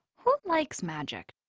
who likes magic?